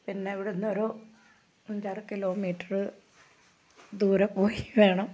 പിന്നെ ഇവിടുന്നൊരു അഞ്ചാറ് കിലോമീറ്റർ ദൂരെ പോയി വേണം